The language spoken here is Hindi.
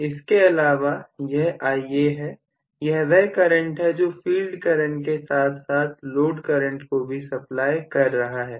इसके अलावा यह Ia है यह वह करंट है जो फील्ड करंट के साथ साथ लोड करंट को भी सप्लाई कर रहा है